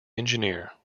engineer